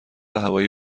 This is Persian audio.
هوایی